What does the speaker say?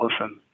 listen